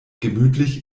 gemütlich